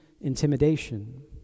intimidation